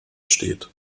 steht